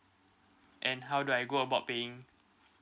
and how do I go about paying